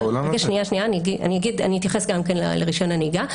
אני אתייחס גם כן לרישיון הנהיגה.